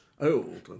old